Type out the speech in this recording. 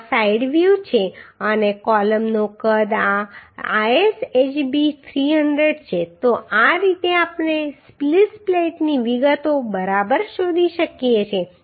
આ side view છે અને કૉલમનું કદ આ ISHB 300 છે તો આ રીતે આપણે સ્પ્લિસ પ્લેટની વિગતો બરાબર શોધી શકીએ છીએ